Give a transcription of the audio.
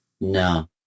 No